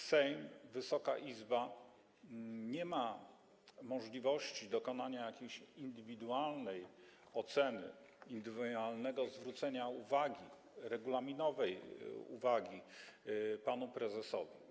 Sejm, Wysoka Izba nie ma możliwości dokonania jakiejś indywidualnej oceny, indywidualnego zwrócenia regulaminowej uwagi panu prezesowi.